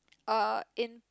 uh in